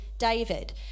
David